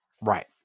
Right